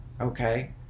Okay